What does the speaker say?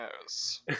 yes